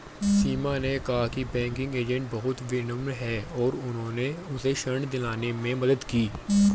सीमा ने कहा कि बैंकिंग एजेंट बहुत विनम्र हैं और उन्होंने उसे ऋण दिलाने में मदद की